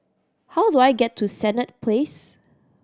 how do I get to Senett Place